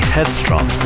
Headstrong